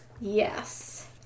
Yes